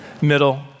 middle